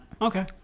okay